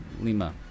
Lima